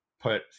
put